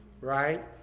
right